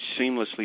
seamlessly